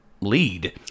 lead